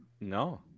No